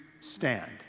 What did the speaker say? stand